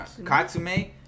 Katsume